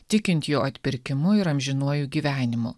tikint jo atpirkimu ir amžinuoju gyvenimu